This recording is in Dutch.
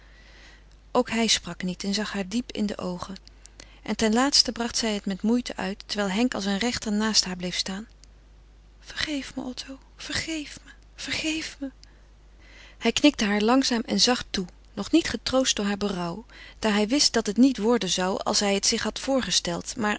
ook hij sprak niet en zag haar diep in de oogen en ten laatste bracht zij het met moeite uit terwijl henk als een rechter naast haar bleef staan vergeef me otto vergeef me vergeef me hij knikte haar langzaam en zacht toe nog niet getroost door haar berouw daar hij wist dat het niet worden zou als hij het zich had voorgesteld maar